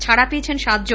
ছাড়া পেয়েছেন সাত জন